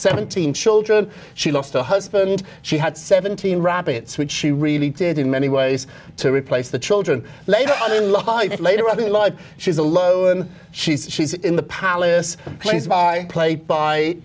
seventeen children she lost her husband she had seventeen rabbits which she really did in many ways to replace the children later on in life and later on in life she's alone when she's she's in the palace plays by play by